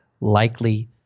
likely